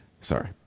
sorry